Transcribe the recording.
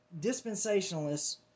dispensationalists